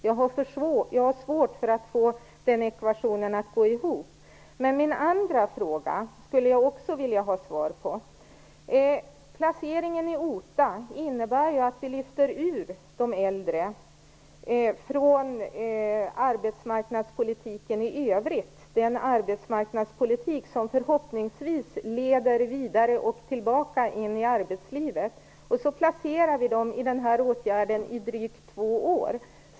Jag har svårt att få den ekvationen att gå ihop. Min andra fråga skulle jag också vilja ha svar på. Placeringen i OTA innebär ju att vi lyfter ut de äldre ur arbetsmarknadspolitiken i övrigt, den arbetsmarknadspolitik som förhoppningsvis leder vidare och tillbaka in i arbetslivet, och placerar dem i den här åtgärden i drygt två år.